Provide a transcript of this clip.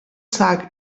sac